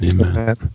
Amen